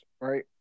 right